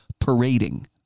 parading